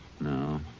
No